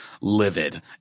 livid